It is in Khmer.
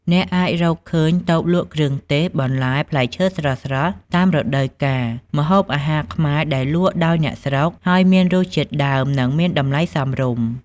អ្នកអាចរកឃើញតូបលក់គ្រឿងទេស បន្លែ ផ្លែឈើស្រស់ៗតាមរដូវកាល ម្ហូបអាហារខ្មែរដែលលក់ដោយអ្នកស្រុក ហើយមានរសជាតិដើម និងមានតម្លៃសមរម្យ។